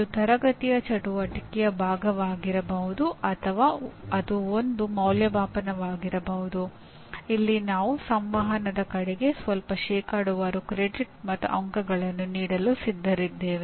ಇದು ತರಗತಿಯ ಚಟುವಟಿಕೆಯ ಭಾಗವಾಗಿರಬಹುದು ಅಥವಾ ಅದು ಒಂದು ಅಂದಾಜುವಿಕೆಯಾಗಿರಬಹುದು ಇಲ್ಲಿ ನಾವು ಸಂವಹನದ ಕಡೆಗೆ ಸ್ವಲ್ಪ ಶೇಕಡವಾರು ಕ್ರೆಡಿಟ್ ಮತ್ತು ಅಂಕಗಳನ್ನು ನೀಡಲು ಸಿದ್ಧರಿದ್ದೇವೆ